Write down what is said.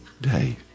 day